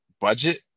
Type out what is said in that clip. budget